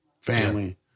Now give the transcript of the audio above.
family